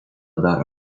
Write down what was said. dar